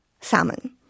salmon